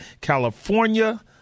California